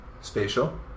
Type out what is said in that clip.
Spatial